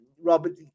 Robert